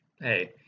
Hey